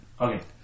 Okay